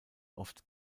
oft